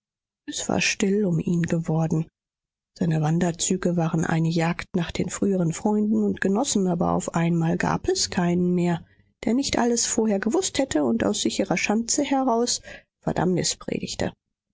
es war still um ihn geworden seine wanderzüge waren eine jagd nach den früheren freunden und genossen aber auf einmal gab es keinen mehr der nicht alles vorher gewußt hätte und aus sicherer schanze heraus